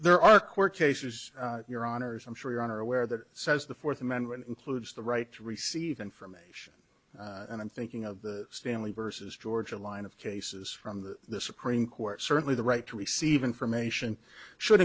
there are court cases your honour's i'm sure you are aware that says the fourth amendment includes the right to receive information and i'm thinking of the stanley versus georgia line of cases from the supreme court certainly the right to receive information should